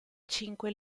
cinque